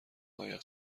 قایق